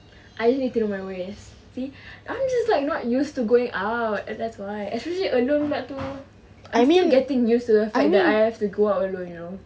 I just need to know my ways see I'm just like not used to going out and that's why actually alone pula tu I'm still getting used to the idea I have to go out alone you know